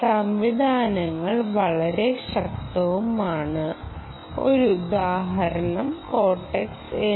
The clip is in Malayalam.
സംവിധാനങ്ങൾ വളരെ ശക്തമാവുകയാണ് ഒരു ഉദാഹരണം കോർടെക്സ് M2